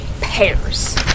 pairs